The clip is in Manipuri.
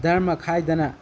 ꯙꯔꯃ ꯈꯥꯏꯗꯅ